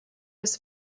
was